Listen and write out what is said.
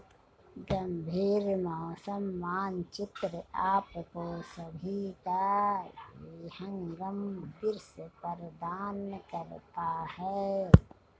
गंभीर मौसम मानचित्र आपको सभी का विहंगम दृश्य प्रदान करता है